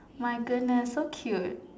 my goodness so cute